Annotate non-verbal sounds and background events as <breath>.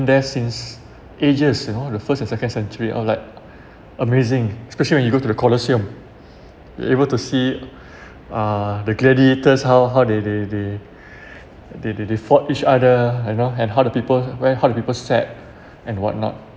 there since ages you know the first and second century I was like amazing especially when you go to the colosseum you're able to see <breath> uh the gladiators how how they they they <breath> they they they fought each other and how the people wear how the people sat <breath> and what not